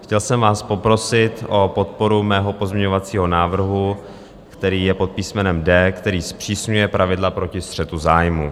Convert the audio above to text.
Chtěl jsem vás poprosit o podporu svého pozměňovacího návrhu, který je pod písmenem d, který zpřísňuje pravidla proti střetu zájmů.